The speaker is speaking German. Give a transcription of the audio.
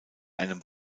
einem